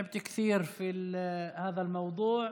טרחת הרבה בעניין הזה,